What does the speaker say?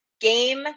Game